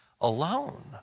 alone